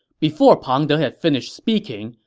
before pang de had finished speaking,